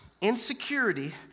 Insecurity